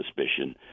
suspicion